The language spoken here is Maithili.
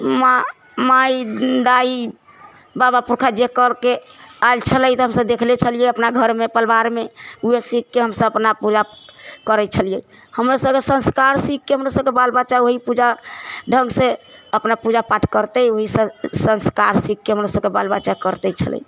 माँ माइ दाइ बाबा पुरखा जे करिके आएल छलै हमसब देखले छलिए अपना घरमे परिवारमे वएह सीखिकऽ हमसब अपना पूरा करै छलिए हमरो सबके संस्कार सीखिकऽ हमरो सबके बालबच्चा ओहि पूजा ढङ्गसँ अपना पूजा पाठ करतै ओहिसँ संस्कार सीखिकऽ हमर सबके बालबच्चा करितै छलै